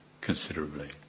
considerably